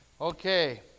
Okay